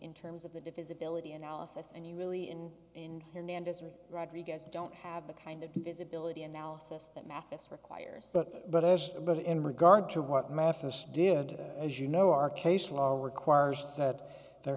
in terms of the divisibility analysis and you really in in hernandez read rodriguez don't have the kind of visibility analysis that mathis requires but in regard to what mathis did as you know our case law requires that there